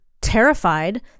terrified